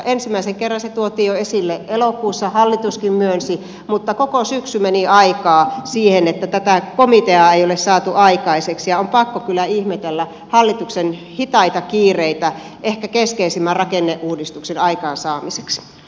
ensimmäisen kerran se tuotiin esille jo elokuussa hallituskin myönsi mutta koko syksy meni aikaa siihen että tätä komiteaa ei ole saatu aikaiseksi ja on pakko kyllä ihmetellä hallituksen hitaita kiireitä ehkä keskeisimmän rakenneuudistuksen aikaansaamiseksi